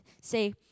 say